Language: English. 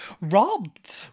Robbed